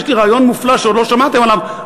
יש לי רעיון מופלא שעוד לא שמעתם עליו,